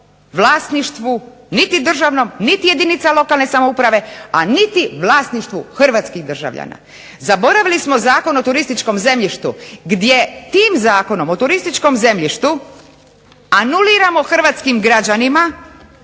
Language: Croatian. vlasništvu niti državnog niti jedinica lokalne samouprave a niti vlasništvu Hrvatskih državljana. Zaboravili smo Zakon o turističkom zemljištu, gdje tim zakonom o turističkom zemljištu anuliramo Hrvatskim građanima